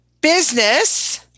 Business